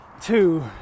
two